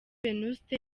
venuste